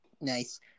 Nice